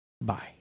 Bye